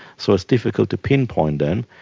so it's difficult to pinpoint them.